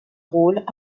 rôle